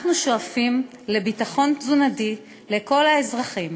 אנחנו שואפים לביטחון תזונתי לכל האזרחים.